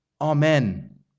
Amen